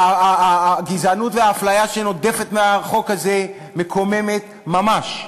הגזענות והאפליה שנודפת מהחוק הזה מקוממת ממש.